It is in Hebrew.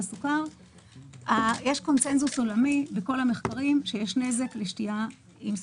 סוכר יש קונצנזוס עולמי בכל המחקרים שיש נזק משתייה עם סוכר.